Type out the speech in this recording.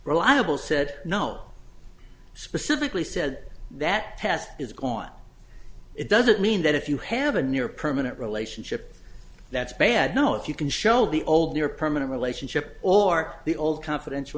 reliable said no specifically said that test is gone it doesn't mean that if you have a near permanent relationship that's bad no if you can show the old your permanent relationship or the old confidential